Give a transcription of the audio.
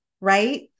right